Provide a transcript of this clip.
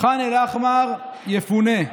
"ח'אן אל-אחמר יפונה.